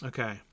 Okay